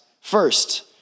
First